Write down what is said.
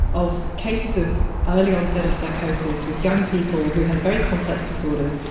of cases of early onset of psychosis with young people who had very complex disorders,